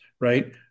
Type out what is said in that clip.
right